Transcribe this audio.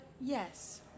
yes